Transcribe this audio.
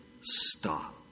stop